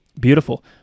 beautiful